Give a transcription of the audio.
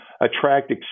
attract